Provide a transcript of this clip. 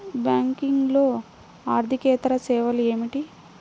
బ్యాంకింగ్లో అర్దికేతర సేవలు ఏమిటీ?